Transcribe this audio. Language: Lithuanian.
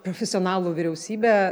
profesionalų vyriausybė